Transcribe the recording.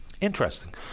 interesting